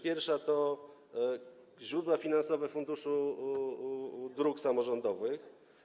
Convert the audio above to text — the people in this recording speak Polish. Pierwsza to źródła finansowe Funduszu Dróg Samorządowych.